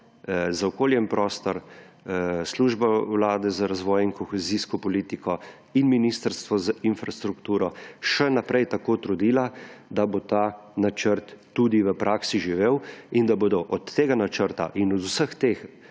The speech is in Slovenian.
za okolje in prostor, Služba Vlade za razvoj in kohezijsko politiko in Ministrstvo za infrastrukturo – še naprej tako trudila, da bo ta načrt tudi v praksi živel in da bodo od tega načrta in od vseh teh